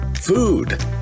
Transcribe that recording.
food